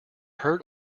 heard